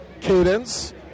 Cadence